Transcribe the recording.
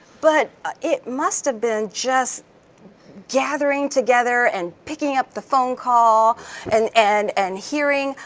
but it must have been just gathering together and picking up the phone call and and and hearing,